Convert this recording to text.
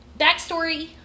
backstory